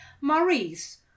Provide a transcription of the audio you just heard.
Maurice